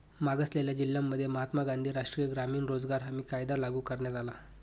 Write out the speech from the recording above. मागासलेल्या जिल्ह्यांमध्ये महात्मा गांधी राष्ट्रीय ग्रामीण रोजगार हमी कायदा लागू करण्यात आला